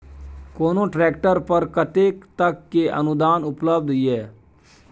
कोनो ट्रैक्टर पर कतेक तक के अनुदान उपलब्ध ये?